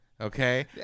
Okay